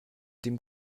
dem